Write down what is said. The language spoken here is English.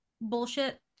bullshit